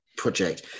project